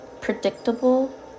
Predictable